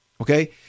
Okay